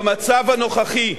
במצב הנוכחי,